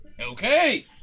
Okay